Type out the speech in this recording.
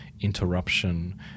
interruption